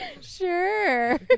sure